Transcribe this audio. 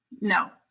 No